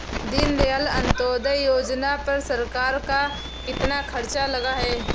दीनदयाल अंत्योदय योजना पर सरकार का कितना खर्चा लगा है?